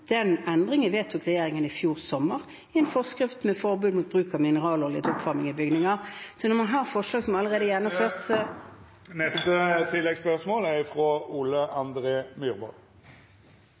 Den endringen vedtok regjeringen i fjor sommer i en forskrift om forbud mot bruk av mineralolje til oppvarming i bygninger. Så man har forslag som allerede er gjennomført.